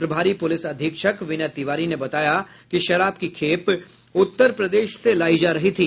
प्रभारी पुलिस अधीक्षक विनय तिवारी ने बताया कि शराब की खेप उत्तर प्रदेश से लायी जा रही थी